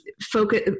focus